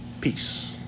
Peace